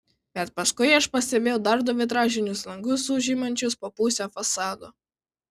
bet paskui aš pastebėjau dar du vitražinius langus užimančius po pusę fasado